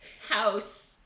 House